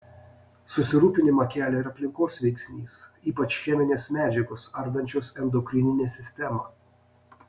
susirūpinimą kelia ir aplinkos veiksnys ypač cheminės medžiagos ardančios endokrininę sistemą